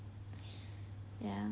ya